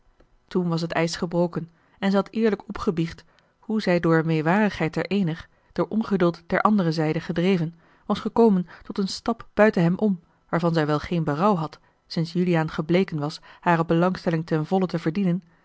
toen was het ijs gebroken en zij had eerlijk opgebiecht hoe zij door meêwarigheid ter eener door ongeduld ter andere zijde gedreven was gekomen tot een stap buiten hem om waarvan zij wel geen berouw had sinds juliaan gebleken was hare belangstelling ten volle te verdienen